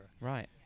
Right